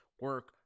Work